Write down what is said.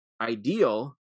ideal